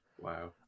Wow